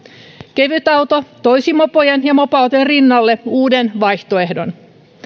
kevytauto toisi mopojen ja mopoautojen rinnalle uuden vaihtoehdon